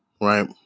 Right